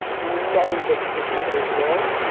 many businesses in today's world,